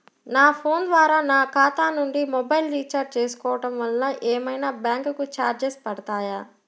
నా ఫోన్ ద్వారా నా ఖాతా నుండి మొబైల్ రీఛార్జ్ చేసుకోవటం వలన ఏమైనా బ్యాంకు చార్జెస్ పడతాయా?